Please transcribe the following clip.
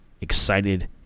excited